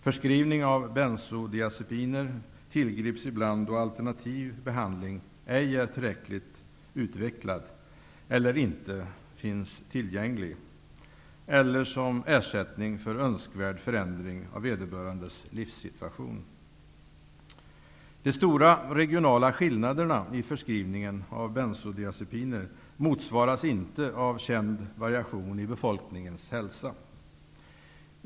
Förskrivning av benso diazepiner tillgrips ibland då alternativ behand ling ej är tillräckligt utvecklad, inte finns tillgäng lig eller som ersättning för önskvärd förändring av vederbörandes livssituation. De stora regionala skillnaderna i förskriv ningen av bensodiazepiner motsvaras inte av känd variation i befolkningens hälsa.